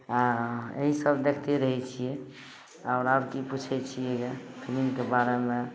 यही सब देखते रहै छियै आओर आब की पूछै छियै फिलिम कऽ बारेमे